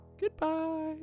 Goodbye